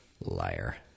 Liar